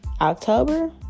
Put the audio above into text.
October